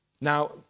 Now